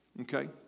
Okay